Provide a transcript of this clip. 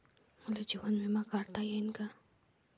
मले जीवन बिमा काढता येईन का?